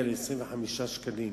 הגיע בשנה שעברה ל-25 שקלים.